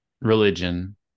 religion